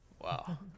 Wow